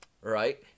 right